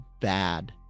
bad